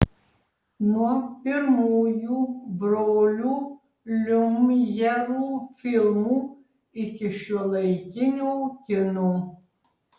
nuo pirmųjų brolių liumjerų filmų iki šiuolaikinio kino